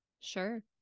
Sure